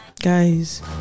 Guys